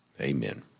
Amen